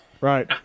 right